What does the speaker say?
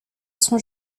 son